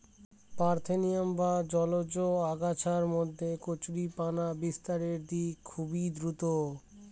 parthenium বা জলজ আগাছার মধ্যে কচুরিপানা বিস্তারের দিক খুবই দ্রূত